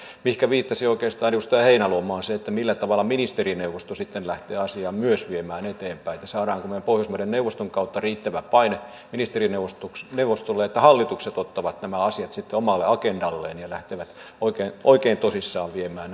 mutta se mihinkä viittasi oikeastaan edustaja heinäluoma on se millä tavalla ministerineuvosto sitten lähtee asiaa myös viemään eteenpäin saammeko me pohjoismaiden neuvoston kautta riittävän paineen ministerineuvostolle että hallitukset ottavat nämä asiat sitten omalle agendalleen ja lähtevät oikein tosissaan viemään näitä eteenpäin